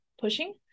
pushing